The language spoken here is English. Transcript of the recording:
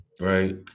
Right